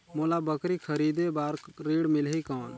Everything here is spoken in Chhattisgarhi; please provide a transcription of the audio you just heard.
मोला बकरी खरीदे बार ऋण मिलही कौन?